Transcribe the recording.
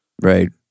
right